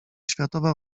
światowa